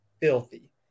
filthy